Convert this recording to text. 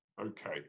Okay